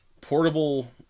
portable